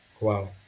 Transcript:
Wow